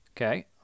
Okay